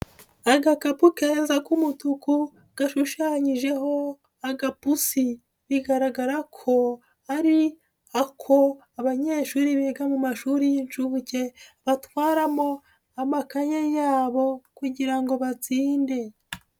Agakapu keza k'umutuku gashushanyijeho agapusi, bigaragara ko ari ako abanyeshuri biga mu mashuri y'inshuke batwaramo amakaye yabo kugira ngo batsinde.